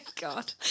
god